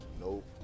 Nope